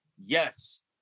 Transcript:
Yes